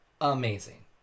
amazing